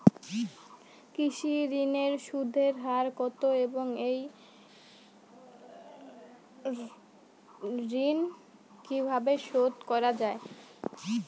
কৃষি ঋণের সুদের হার কত এবং এই ঋণ কীভাবে শোধ করা য়ায়?